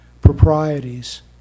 proprieties